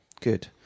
Good